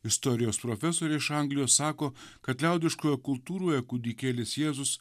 istorijos profesoriai iš anglijos sako kad liaudiškoje kultūroje kūdikėlis jėzus